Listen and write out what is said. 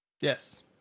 Yes